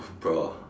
bro